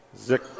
Zick